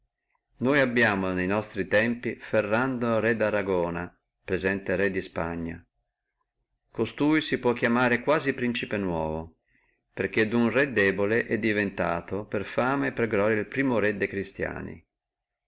noi abbiamo ne nostri tempi ferrando di aragonia presente re di spagna costui si può chiamare quasi principe nuovo perché duno re debole è diventato per fama e per gloria el primo re de cristiani